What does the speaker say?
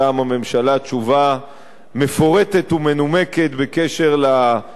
תשובה מפורטת ומנומקת בעניין ההתנהגות